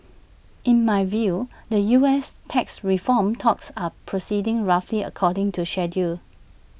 in my view the U S tax reform talks are proceeding roughly according to schedule